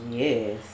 yes